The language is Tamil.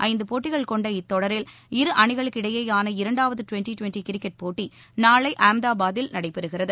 ஐந்து போட்டிகள் இத்தொடரில் இரு அணிகளுக்கிடையேயான இரண்டாவது டுவெண்டி டுவெண்டி கிரிக்கெட் போட்டி நாளை அகமதபாத்தில் நடைபெறுகிறது